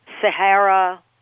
Sahara